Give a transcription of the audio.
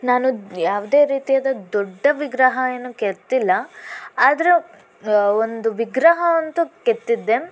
ನಾನು ಯಾವುದೇ ರೀತಿಯಾದ ದೊಡ್ಡ ವಿಗ್ರಹ ಏನು ಕೆತ್ತಿಲ್ಲ ಆದರೆ ಒಂದು ವಿಗ್ರಹ ಅಂತೂ ಕೆತ್ತಿದ್ದೆ